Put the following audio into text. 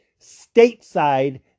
stateside